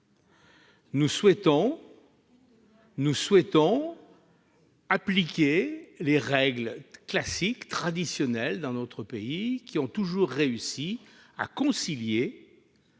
Nous souhaitons appliquer les règles classiques, traditionnelles, par lesquelles notre pays a toujours réussi à concilier